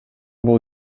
бул